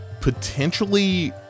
potentially